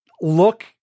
look